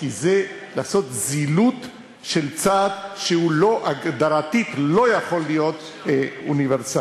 כי זה לעשות זילות של צעד שהוא הגדרתית לא יכול להיות אוניברסלי.